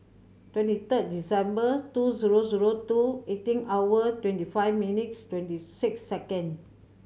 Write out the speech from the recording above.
twenty third December two zero zero two eighteen hour twenty five minutes twenty six second